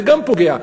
זה גם פוגע.